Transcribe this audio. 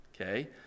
okay